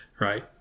Right